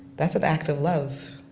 that's an act of love.